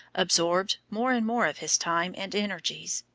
absorbed more and more of his time and energies,